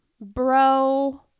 bro